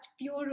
pure